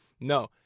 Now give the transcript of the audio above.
No